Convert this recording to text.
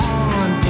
on